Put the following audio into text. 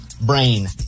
Brain